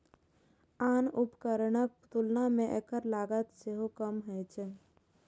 आन उपकरणक तुलना मे एकर लागत सेहो कम होइ छै